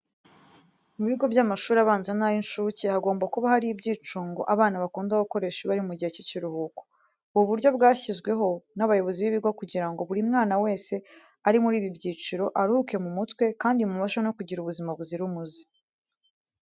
Mu bigo by'amashuri abanza n'ay'inshuke hagomba kuba hari ibyicungo abana bakunda gukoresha iyo bari mu gihe cy'ikiruhuko. Ubu buryo bwashyizweho n'abayobozi b'ibigo kugira ngo buri mwana wese uri muri ibi byiciro, aruhuke mu mutwe kandi bimufashe no kugira ubuzima buzira umuze.